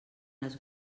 les